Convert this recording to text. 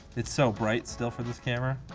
it's so bright still for this camera.